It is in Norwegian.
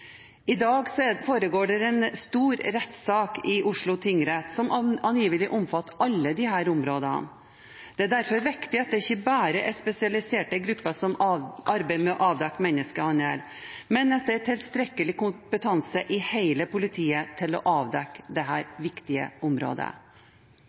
I dag foregår det en stor rettssak i Oslo tingrett som angivelig omfatter alle disse områdene. Det er derfor viktig at det ikke bare er spesialiserte grupper som arbeider med å avdekke menneskehandel, men at det er tilstrekkelig kompetanse i hele politiet til å avdekke